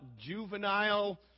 juvenile